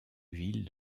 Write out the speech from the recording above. ville